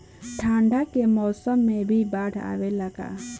ठंडा के मौसम में भी बाढ़ आवेला का?